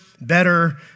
better